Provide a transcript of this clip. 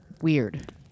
Weird